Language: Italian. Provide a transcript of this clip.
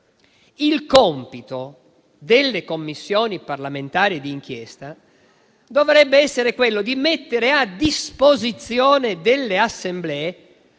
il compito delle Commissioni parlamentari di inchiesta dovrebbe essere quello di mettere a disposizione delle Assemblee